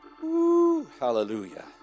Hallelujah